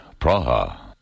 Praha